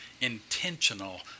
intentional